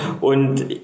und